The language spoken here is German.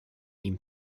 ihm